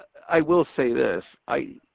i will say this. i